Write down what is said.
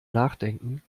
nachdenken